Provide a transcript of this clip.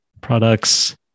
products